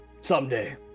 Someday